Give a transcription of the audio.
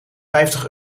vijftig